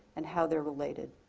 and how they are related.